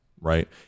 right